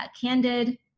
candid